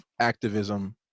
activism